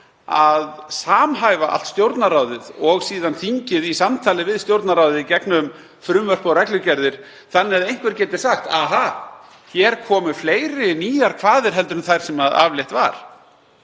að samhæfa allt Stjórnarráðið og síðan þingið í samtali við Stjórnarráðið í gegnum frumvörp og reglugerðir þannig að einhver geti sagt: Aha, hér komu fleiri nýjar kvaðir en þær sem aflétt var,